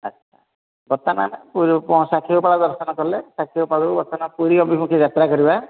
ଆଚ୍ଛା ବର୍ତ୍ତମାନ ଆମେ ସାକ୍ଷୀଗୋପାଳ ଦର୍ଶନ କଲେ ସାକ୍ଷୀଗୋପାଳରୁ ବର୍ତ୍ତମାନ ପୁରୀ ଅଭିମୁଖେ ଯାତ୍ରା କରିବା